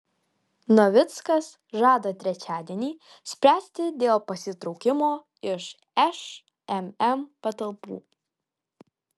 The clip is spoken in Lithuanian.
navickas žada trečiadienį spręsti dėl pasitraukimo iš šmm patalpų